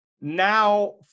now